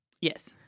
Yes